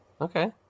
Okay